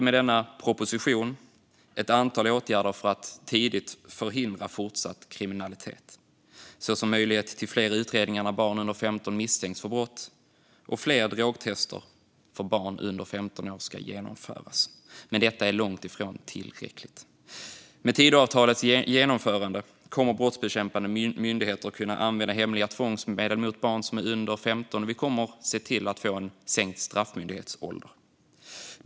Med denna proposition genomför vi ett antal åtgärder för att tidigt förhindra fortsatt kriminalitet, såsom möjlighet till fler utredningar av barn under 15 år som misstänks för brott och att fler drogtester för barn under 15 år ska genomföras. Men det är långt ifrån tillräckligt. Med Tidöavtalets genomförande kommer brottsbekämpande myndigheter att kunna använda hemliga tvångsmedel mot barn som är under 15 år. Vi kommer även att se till att få en sänkt straffmyndighetsålder.